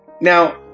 Now